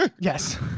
yes